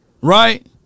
right